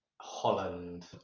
Holland